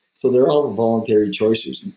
so they're all voluntary choices.